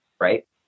right